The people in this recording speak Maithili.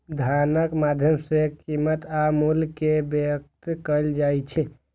धनक माध्यम सं कीमत आ मूल्य कें व्यक्त कैल जाइ छै